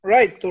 Right